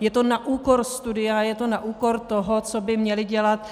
Je to na úkor studia, je to na úkor toho, co by měli dělat